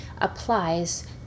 applies